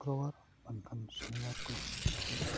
ᱥᱩᱠᱨᱚ ᱵᱟᱨ ᱵᱟᱝᱠᱷᱟᱱ ᱥᱚᱱᱤᱵᱟᱨ ᱠᱚ ᱫᱚᱦᱚᱭᱮᱜᱼᱟ